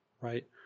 right